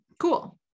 cool